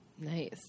Nice